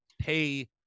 pay